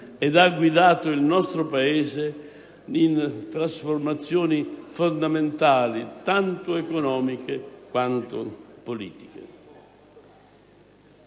ha guidato il nostro Paese in trasformazioni fondamentali, tanto economiche quanto politiche.